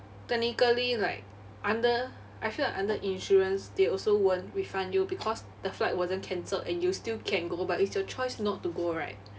technically like under I feel like under insurance they also won't refund you because the flight wasn't cancelled and you still can go but it's your choice not to go right